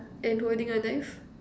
and holding a knife